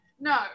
no